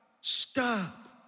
stop